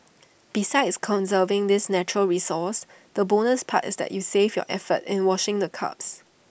besides conserving this natural resource the bonus part is that you save your effort in washing the cups